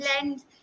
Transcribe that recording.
blend